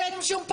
ואין שום פאנץ',